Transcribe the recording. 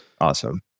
awesome